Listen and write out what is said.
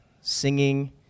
singing